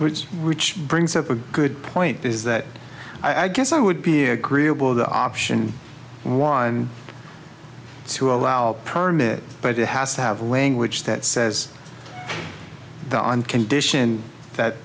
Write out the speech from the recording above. rich brings up a good point is that i guess i would be agreeable the option one to allow permit but it has to have language that says that on condition that